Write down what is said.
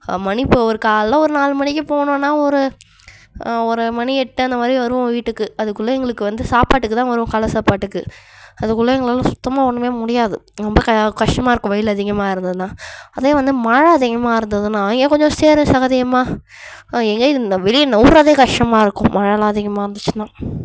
மணி இப்போ ஒரு காலில் ஒரு நாலு மணிக்கு போனோன்னால் ஒரு ஒரு மணி எட்டு அந்தமாதிரி வருவோம் வீட்டுக்கு அதுக்குள்ளே எங்களுக்கு வந்து சாப்பாட்டுக்கு தான் வருவோம் காலை சாப்பாட்டுக்கு அதுக்குள்ளே எங்களால் சுத்தமாக ஒன்றுமே முடியாது ரொம்ப க கஷ்டமாக இருக்கும் வெயில் அதிகமாக இருந்ததுன்னா அதே வந்து மழை அதிகமாக இருந்துதுன்னா எங்கேயா சேறும் சகதியுமாக எங்கேயா இந்த வெளியே நகருறதே கஷ்டமாக இருக்கும் மழைலாம் அதிகமாக இருந்துச்சின்னால்